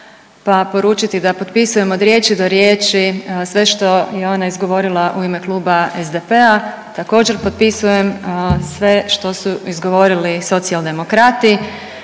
pa poručiti da potpisujem od riječi do riječi sve što je ona izgovorila u ime Kluba SDP-a, također, potpisujem sve što su izgovorili Socijaldemokrati,